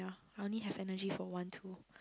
ya I only have energy for one two